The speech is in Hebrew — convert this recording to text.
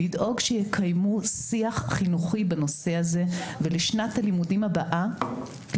לדאוג שיקיימו שיח חינוכי בנושא הזה ולשנת הלימודים הבאה אנחנו